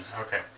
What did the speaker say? okay